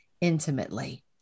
intimately